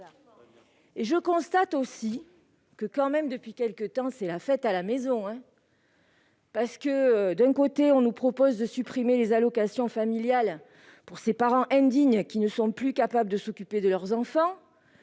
! Je constate aussi que, depuis quelque temps, c'est la fête à la maison ! Il y a peu, on nous a proposé de supprimer les allocations familiales pour ces parents indignes qui ne sont plus capables de s'occuper de leurs enfants.